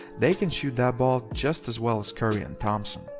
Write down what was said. they can shoot that ball just as well as curry and thompson.